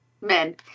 men